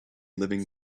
living